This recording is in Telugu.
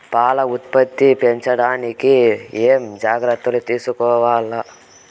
పాల ఉత్పత్తి పెంచడానికి ఏమేం జాగ్రత్తలు తీసుకోవల్ల?